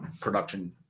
production